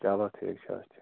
چَلو ٹھیٖک چھُ اچھا